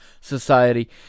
Society